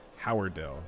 Howardell